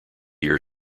year